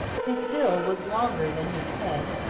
his bill was longer than his head,